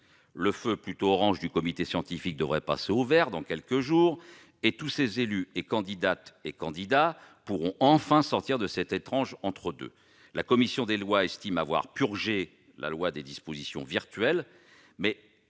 Le feu plutôt orange du comité de scientifiques devrait passer au vert dans quelques jours, et tous les élus et candidats pourront enfin sortir de cet étrange entre-deux. La commission des lois estime avoir « purgé » le projet de loi des dispositions « virtuelles », mais